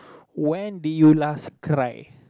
when did you last cry